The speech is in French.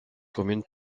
communes